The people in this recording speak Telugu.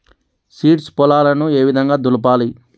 సీడ్స్ పొలాలను ఏ విధంగా దులపాలి?